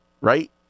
Right